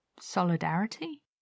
solidarity